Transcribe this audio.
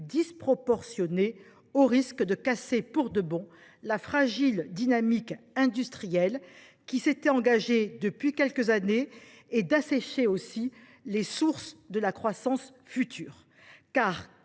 disproportionné, au risque de casser pour de bon la fragile dynamique industrielle qui s’était engagée depuis quelques années, mais aussi d’assécher les sources de la croissance future.